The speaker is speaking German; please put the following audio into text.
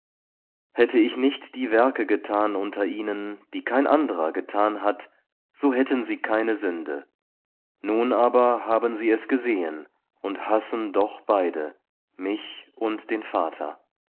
hätte ich nicht die werke getan unter ihnen die kein anderer getan hat so hätten sie keine sünde nun aber haben sie es gesehen und hassen doch beide mich und den vater